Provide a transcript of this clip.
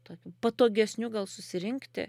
tokiu patogesniu gal susirinkti